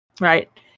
Right